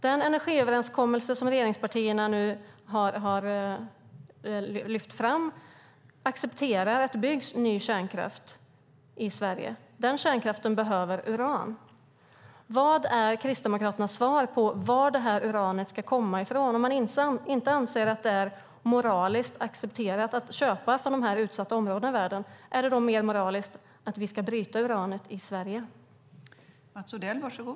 Den energiöverenskommelse som regeringspartierna nu har lyft fram accepterar att det byggs ny kärnkraft i Sverige. Den kärnkraften behöver uran. Vad är Kristdemokraternas svar på var det här uranet ska komma från? Om man inte anser att det är moraliskt accepterat att köpa från de här utsatta områdena i världen, anser man då att det är mer moraliskt att vi ska bryta uranet i Sverige?